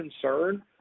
concern